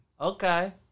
Okay